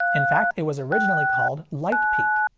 in fact, it was originally called light peak.